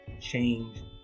change